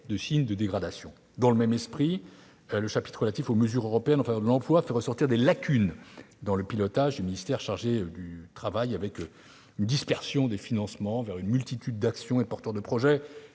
de signes de dégradation. Dans le même esprit, le chapitre relatif aux mesures européennes en faveur de l'emploi fait ressortir des lacunes dans le pilotage du ministère chargé du travail. La France se singularise par une dispersion des financements vers une multitude d'actions et de porteurs de projets,